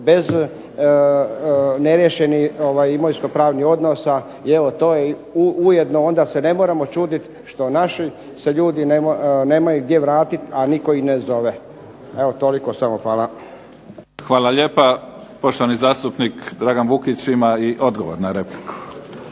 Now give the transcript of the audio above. bez neriješenih imovinsko-pravnih odnosa. I evo to je ujedno onda se ne moramo čuditi što naši se ljudi nemaju gdje vratiti, a nitko ih ne zove. Evo, toliko samo. Hvala. **Mimica, Neven (SDP)** Hvala lijepa. Poštovani zastupnik Dragan Vukić ima i odgovor na repliku.